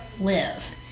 live